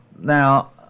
now